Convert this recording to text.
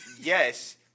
Yes